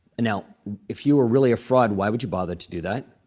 and now if you were really a fraud, why would you bother to do that?